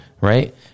right